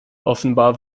offenbar